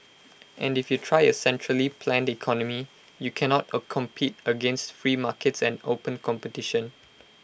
and if you try A centrally planned economy you cannot A compete against free markets and open competition